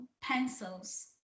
pencils